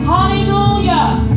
Hallelujah